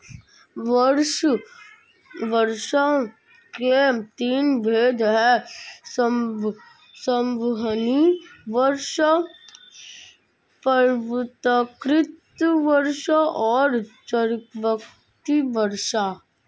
वर्षा के तीन भेद हैं संवहनीय वर्षा, पर्वतकृत वर्षा और चक्रवाती वर्षा